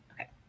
okay